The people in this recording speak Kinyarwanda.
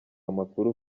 amakuru